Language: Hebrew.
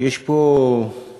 שיש פה באמת,